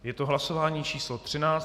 Je to hlasování číslo 13.